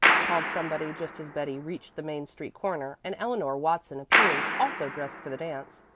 called somebody just as betty reached the main street corner, and eleanor watson appeared, also dressed for the dance.